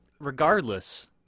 regardless